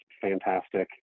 fantastic